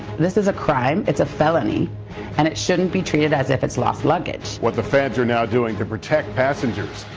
this is a crime. it's a felony and it shouldn't be treated as if it's lost luggage. what the feds are now doing to protect passengers.